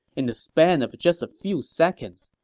in the span of just a few seconds,